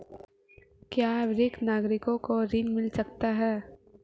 क्या वरिष्ठ नागरिकों को ऋण मिल सकता है?